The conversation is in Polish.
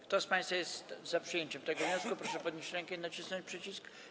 Kto z państwa jest za przyjęciem tego wniosku, proszę podnieść rękę i nacisnąć przycisk.